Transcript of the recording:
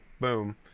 boom